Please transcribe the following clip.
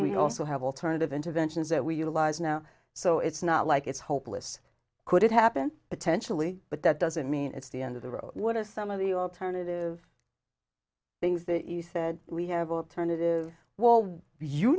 we also have alternative interventions that we utilize now so it's not like it's hopeless could it happen potentially but that doesn't mean it's the end of the road what are some of the alternative things that you said we have alternative well you